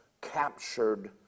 captured